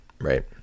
right